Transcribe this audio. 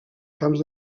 camps